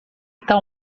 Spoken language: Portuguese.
tal